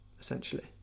essentially